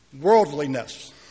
Worldliness